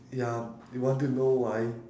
ya you want to know why